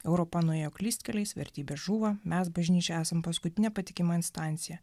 europa nuėjo klystkeliais vertybės žūva mes bažnyčia esam paskutinė patikima instancija